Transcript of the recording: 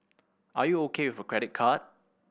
are you O K with credit card